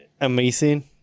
amazing